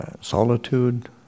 solitude